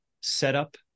setup